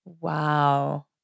Wow